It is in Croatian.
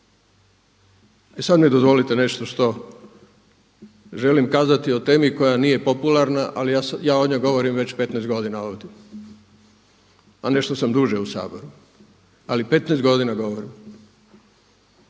E sad mi dozvolite nešto što želim kazati o temi koja nije popularna ali ja o njoj govorim već 15 godina ovdje, a nešto sam duže u Saboru, ali 15 godina govorim